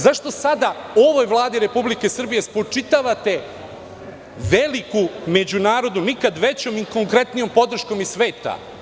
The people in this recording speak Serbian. Zašto sada ovoj Vladi Republike Srbije spočitavate veliku međunarodnu, nikad veću i konkretniju podršku iz sveta.